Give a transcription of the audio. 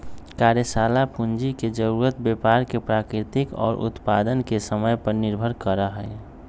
कार्यशाला पूंजी के जरूरत व्यापार के प्रकृति और उत्पादन के समय पर निर्भर करा हई